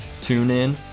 TuneIn